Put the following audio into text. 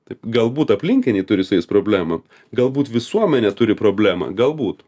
taip galbūt aplinkiniai turi su jais problemų galbūt visuomenė turi problemą galbūt